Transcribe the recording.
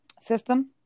system